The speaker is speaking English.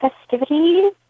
festivities